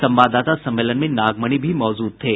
संवाददाता सम्मेलन में नागमणि भी मौजूद थे